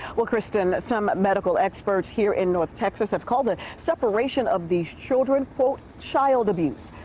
well, cristin, some medical experts here in north texas have called a separation of these children, quote, child abuse.